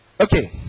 Okay